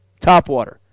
topwater